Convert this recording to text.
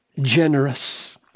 generous